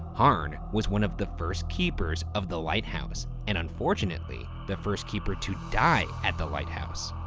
harn was one of the first keepers of the lighthouse, and unfortunately, the first keeper to die at the lighthouse,